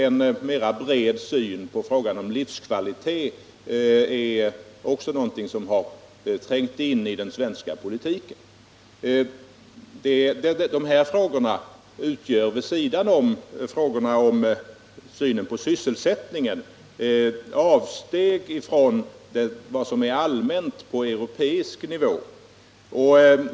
En mera bred syn på frågan om livskvalitet är också någonting som har trängt in i den svenska politiken. De här frågorna utgör vid sidan av frågorna om synen på sysselsättningen ett avsteg ifrån vad som är allmänt på europeisk nivå.